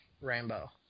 Rainbow